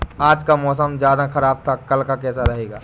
आज का मौसम ज्यादा ख़राब था कल का कैसा रहेगा?